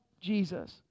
Jesus